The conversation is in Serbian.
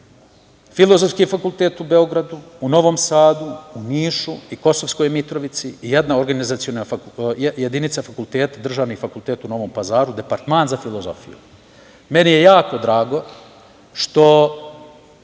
Filozofski fakultet u Beogradu, Novom Sadu u Nišu, u Kosovskoj Mitrovici i jedna organizaciona jedinica fakulteta, državni fakultet u Novom Pazaru, departman za filozofiju. Meni je jako drago što